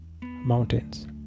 mountains